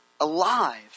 alive